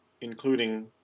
including